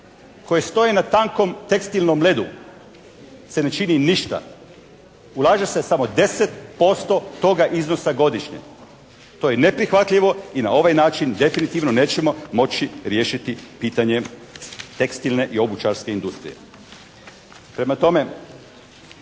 koje stoje na tankom tekstilnom ledu se ne čini ništa. Ulaže se samo 10% toga iznosa godišnje. To je neprihvatljivo i na ovaj način definitivno nećemo moći riješiti pitanje tekstilne i obućarske industrije.